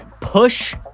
Push